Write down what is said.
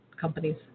companies